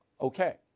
Okay